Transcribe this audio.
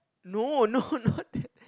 no no not that